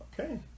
okay